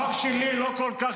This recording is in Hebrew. אבל החוק שלך --- החוק שלי לא כל כך